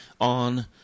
On